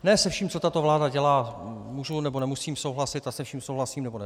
Ne se vším, co tato vláda dělá, můžu nebo nemusím souhlasit a se vším souhlasím nebo ne.